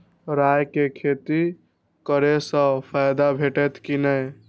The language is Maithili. राय के खेती करे स फायदा भेटत की नै?